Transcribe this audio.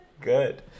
good